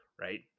right